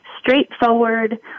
straightforward